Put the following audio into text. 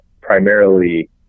Primarily